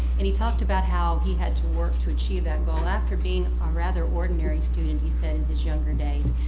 and he talked about how he had to work to achieve that goal, after being a um rather ordinary student, he said, in his younger days.